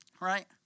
right